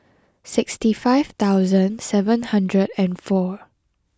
sixty five thousand seven hundred and four